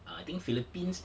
I think philippines